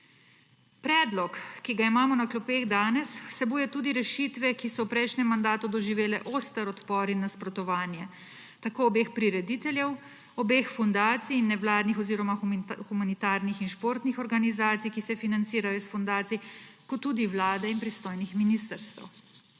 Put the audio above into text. Predlog, ki ga imamo na klopeh danes, vsebuje tudi rešitve, ki so v prejšnjem mandatu doživele oster odpor in nasprotovanje tako obeh prirediteljev, obeh fundacij in nevladnih oziroma humanitarnih in športnih organizacij, ki se financirajo iz fundacij, kot tudi Vlade in pristojnih ministrstev.